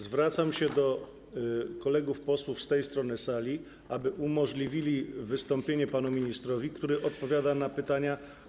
Zwracam się do kolegów posłów z tej strony sali, aby umożliwili wystąpienie panu ministrowi, który odpowiada na pytania kolegów z Lewicy.